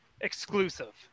exclusive